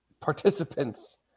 participants